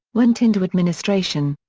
went into administration.